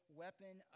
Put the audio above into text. weapon